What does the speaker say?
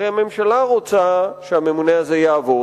הרי הממשלה רוצה שהממונה הזה יעבוד,